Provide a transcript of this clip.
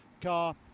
car